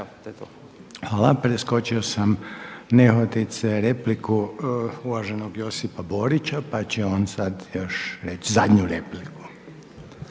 Hvala. Preskočio sam nehotice repliku uvaženog Josipa Borića pa će on sada još reći zadnju repliku.